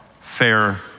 fair